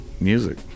music